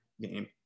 game